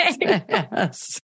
Yes